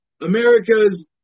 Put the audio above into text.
America's